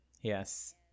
Yes